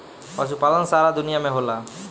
पशुपालन सारा दुनिया में होला